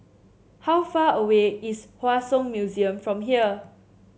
how far away is Hua Song Museum from here